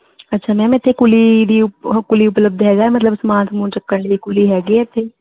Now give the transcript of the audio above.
ਅੱਛਾ ਮੈਮ ਇੱਥੇ ਕੁਲੀ ਦੀ ਕੁਲੀ ਉਪਲੱਬਧ ਹੈ ਮਤਲਬ ਸਾਮਾਨ ਸਮੂਣ ਚੱਕਣ ਲਈ ਕੁਲੀ ਹੈ ਇੱਥੇ